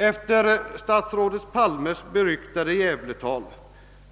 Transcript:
Efter statsrådet Palmes beryktade Gävle-tal